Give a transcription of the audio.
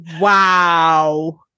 Wow